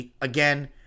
Again